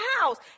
house